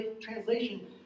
translation